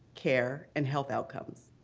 care, and health outcomes.